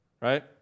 right